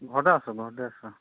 ঘৰতে আছোঁ ঘৰতে আছোঁ